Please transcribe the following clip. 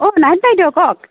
অ' নাথ বাইদেউ কওক